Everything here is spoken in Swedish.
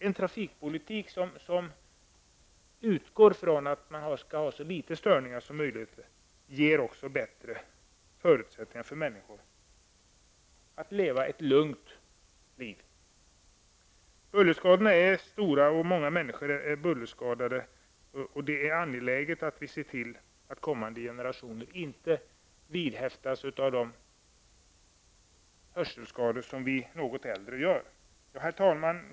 En trafikpolitik som utgår från att man skall ha så litet störningar som möjligt ger också människor bättre förutsättningar att leva ett lugnt liv. Bullerskadorna är stora, och många människor är bullerskadade. Det är angeläget att vi ser till att kommande generationer inte drabbas av sådana hörselskador som vi något äldre ofta har.